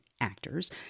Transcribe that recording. actors